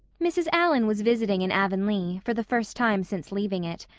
mrs. allan was visiting in avonlea, for the first time since leaving it.